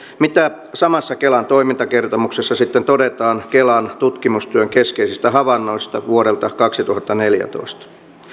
mitä samassa kelan toimintakertomuksessa sitten todetaan kelan tutkimustyön keskeisistä havainnoista vuodelta kaksituhattaneljätoista